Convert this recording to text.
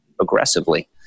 aggressively